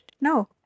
No